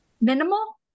Minimal